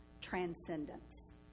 transcendence